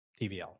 TVL